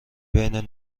بین